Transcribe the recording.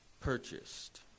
purchased